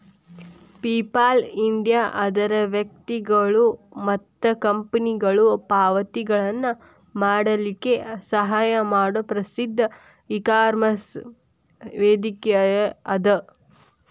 PayPal India ಅದರ್ ವ್ಯಕ್ತಿಗೊಳು ಮತ್ತ ಕಂಪನಿಗೊಳು ಪಾವತಿಗಳನ್ನ ಮಾಡಲಿಕ್ಕೆ ಸಹಾಯ ಮಾಡೊ ಪ್ರಸಿದ್ಧ ಇಕಾಮರ್ಸ್ ವೇದಿಕೆಅದ